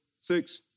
six